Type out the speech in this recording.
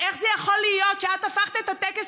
איך זה יכול להיות שאת הפכת את הטקס